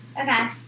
Okay